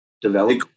develop